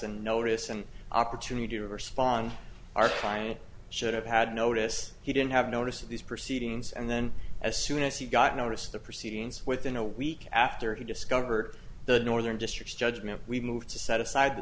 and notice an opportunity to respond our client should have had notice he didn't have notice of these proceedings and then as soon as he got notice the proceedings within a week after he discovered the northern district judge meant we moved to set aside the